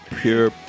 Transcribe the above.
Pure